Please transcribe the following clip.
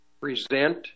present